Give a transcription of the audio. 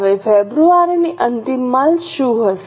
હવે ફેબ્રુઆરીની અંતિમ માલ શું હશે